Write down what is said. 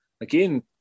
again